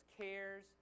cares